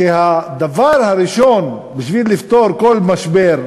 שהדבר הראשון בשביל לפתור כל משבר,